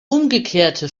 umgekehrte